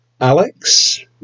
Alex